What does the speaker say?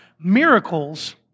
miracles